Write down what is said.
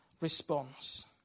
response